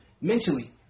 mentally